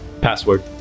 Password